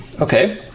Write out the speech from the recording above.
Okay